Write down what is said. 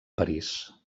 parís